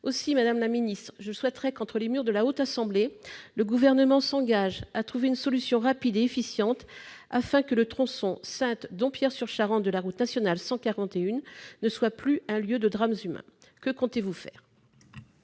Aussi, madame la secrétaire d'État, je souhaiterais qu'entre les murs de la Haute Assemblée le Gouvernement s'engage à trouver une solution rapide et efficiente, afin que le tronçon Saintes-Dompierre-sur-Charente de la route nationale 141 ne soit plus un lieu de drames humains. Que compte-t-il faire ?